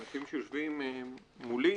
האנשים שיושבים מולי,